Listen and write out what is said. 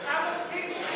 אתה מוסיף שחיתות.